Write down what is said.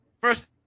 First